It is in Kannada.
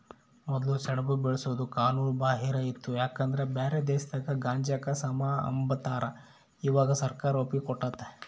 ಮೊದ್ಲು ಸೆಣಬು ಬೆಳ್ಸೋದು ಕಾನೂನು ಬಾಹಿರ ಇತ್ತು ಯಾಕಂದ್ರ ಬ್ಯಾರೆ ದೇಶದಾಗ ಗಾಂಜಾಕ ಸಮ ಅಂಬತಾರ, ಇವಾಗ ಸರ್ಕಾರ ಒಪ್ಪಿಗೆ ಕೊಟ್ಟತೆ